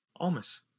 Almas